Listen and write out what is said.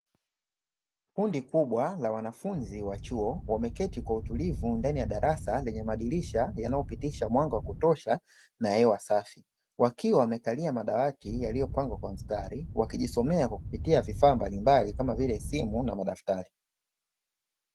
Kundi kubwa la wanafunzi wa chuo, wameketi kwa utulivu ndani ya darasa lenye madirisha yanayopitisha mwanga wa kutosha na hewa safi, wakiwa wamekalia madawati yaliyopangwa kwa mstari, wakijisomea kwa kutumia vifaa mbalimbali, kama vile simu na madaftari.